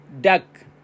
duck